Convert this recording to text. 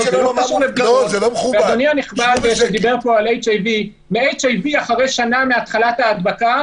--- בבריטניה שהיא מדינה סופר-מתקדמת מתו אחד מ-1,000 איש.